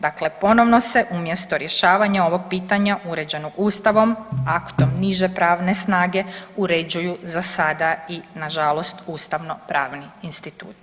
Dakle, ponovno se umjesto rješavanja ovog pitanja uređenog Ustavom, aktom niže pravne snage uređuju za sada i na žalost ustavno-pravni instituti.